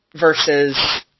Versus